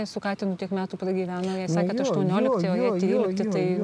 su katinu tiek metų pragyveno jai sakėt aštuoniolikti o jai trylikti tai